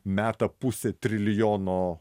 meta pusę trilijono